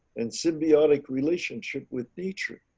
and symbiotic relationship with nature.